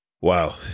Wow